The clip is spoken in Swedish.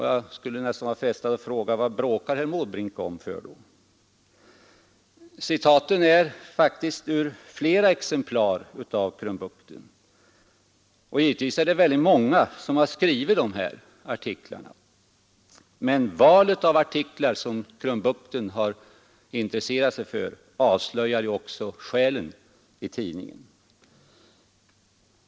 Jag skulle nästan vara frestad att fråga: Vad bråkar då herr Måbrink om? Citaten är faktiskt hämtade ur flera exemplar av Krumbukten, och givetvis är det många som har skrivit dessa artiklar. Men valet av artiklar som Krumbukten har intresserat sig för avslöjar ju också själen i tidningen.